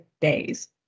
days